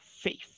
faith